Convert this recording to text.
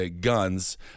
guns